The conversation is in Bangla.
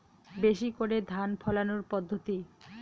বেশি করে ধান ফলানোর পদ্ধতি?